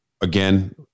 Again